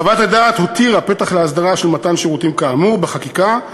חוות הדעת הותירה פתח להסדרה של מתן שירותים כאמור בחקיקה,